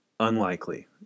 unlikely